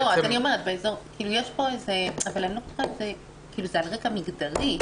אם יש פה משהו על רקע מגדרי.